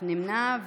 נמנעים,